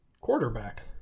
quarterback